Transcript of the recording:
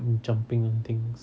and jumping on things